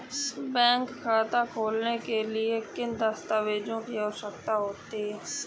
Bank खाता खोलने के लिए किन दस्तावेजों की आवश्यकता होती है?